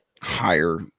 higher